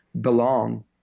belong